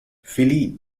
philippe